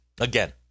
Again